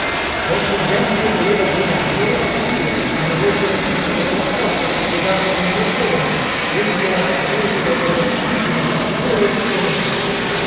don fulgenzio voleva gridare voleva fuggire ma la voce non gli usciva dalla strozza le gambe non lo reggevano egli era preso da una vertigine di stupore e di sgomento